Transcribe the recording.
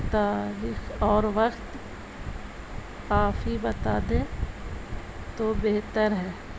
تاریخ اور وقت کافی بتا دیں تو بہتر ہے